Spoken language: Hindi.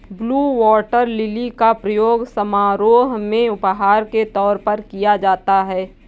ब्लू वॉटर लिली का प्रयोग समारोह में उपहार के तौर पर किया जाता है